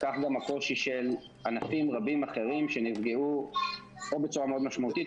כך גם הקושי של ענפים רבים אחרים שנפגעו או בצורה מאוד משמעותית,